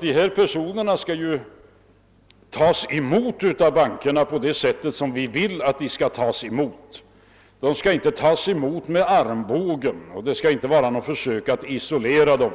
dessa personer skall tas emot av bankerna på det sätt som vi önskar, De skall inte bjudas med armbågen. Det skall här inte vara något försök att isolera dem.